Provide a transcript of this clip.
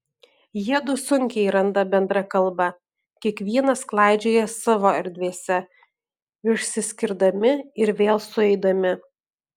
jiedu sunkiai randa bendrą kalbą kiekvienas klaidžioja savo erdvėse išsiskirdami ir vėl sueidami